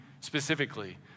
specifically